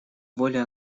воле